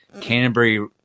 Canterbury